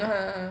(uh huh)